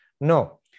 No